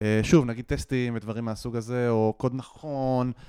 שוב, נגיד טסטים ודברים מהסוג הזה, או קוד נכון...